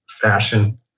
fashion